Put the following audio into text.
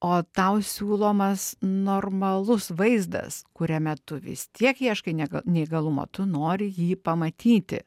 o tau siūlomas normalus vaizdas kuriame tu vis tiek ieškai nega neįgalumo tu nori jį pamatyti